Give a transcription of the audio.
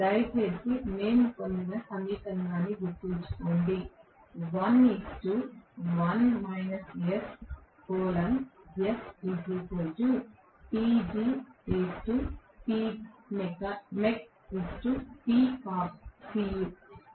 దయచేసి మేము పొందిన సమీకరణాన్ని గుర్తుంచుకోండి